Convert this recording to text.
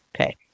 Okay